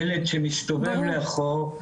ילד שמסתובב לאחור,